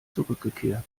zurückgekehrt